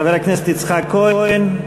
חבר הכנסת יצחק כהן,